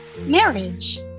marriage